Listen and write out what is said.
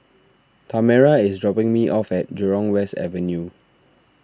Tamera is dropping me off at Jurong West Avenue